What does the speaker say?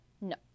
no